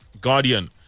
Guardian